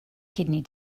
kidney